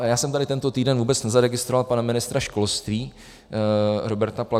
Já jsem tady tento týden vůbec nezaregistroval pana ministra školství Roberta Plagu.